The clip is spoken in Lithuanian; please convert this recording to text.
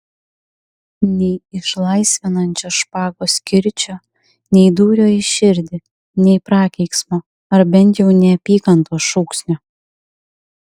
nei išlaisvinančio špagos kirčio nei dūrio į širdį nei prakeiksmo ar bent jau neapykantos šūksnio